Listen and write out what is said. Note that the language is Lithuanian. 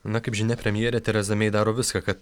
na kaip žinia premjerė tereza mei daro viską kad